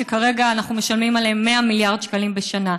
שכרגע אנחנו משלמים עליהן 100 מיליארד שקלים בשנה.